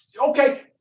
Okay